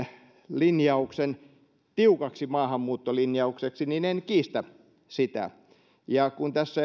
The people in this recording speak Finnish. linjauksen tiukaksi maahanmuuttolinjaukseksi niin en kiistä sitä ja kun tässä